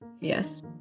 yes